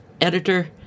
editor